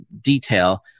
detail